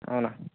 అవునా